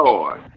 Lord